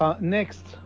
next